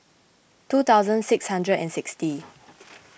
two thousand six hundred and sixty